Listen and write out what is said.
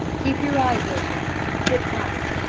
keep your eyes open and sit tight.